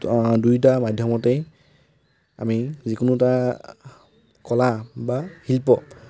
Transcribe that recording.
দুয়োটা মাধ্যমতেই আমি যিকোনো এটা কলা বা শিল্প